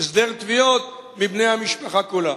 הסדר תביעות מבני המשפחה כולה.